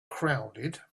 crowded